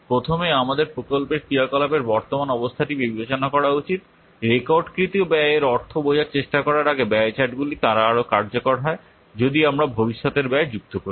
প্রথমে আমাদের প্রকল্পের ক্রিয়াকলাপের বর্তমান অবস্থাটি বিবেচনা করা উচিত রেকর্ডকৃত ব্যয়ের অর্থ বোঝার চেষ্টা করার আগে ব্যয় চার্টগুলি তারা আরও কার্যকর হয় যদি আমরা ভবিষ্যতের ব্যয় যুক্ত করি